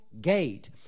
gate